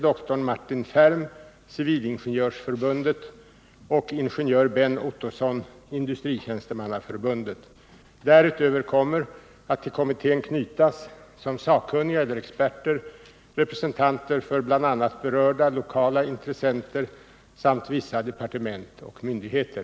dr Martin Fehrm, Civilingenjörsförbundet, och ingenjör Benn Ottoson, Industritjänstemannaförbundet. Därutöver kommer att till kommittén knytas som sakkunniga eller experter representanter för bl.a. berörda lokala intressenter samt vissa departement och myndigheter.